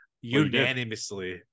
unanimously